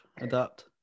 adapt